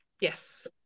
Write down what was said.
Yes